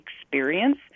experience